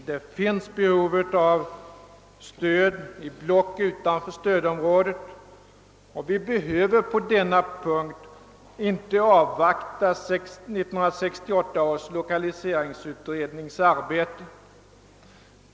Det finns behov av stöd långt utanför stödområdet, och vi behöver på denna punkt inte avvakta 1968 års lokaliseringsutrednings arbete.